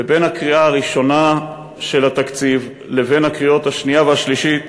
ובין הקריאה הראשונה של התקציב לבין הקריאות השנייה והשלישית